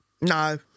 No